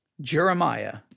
Jeremiah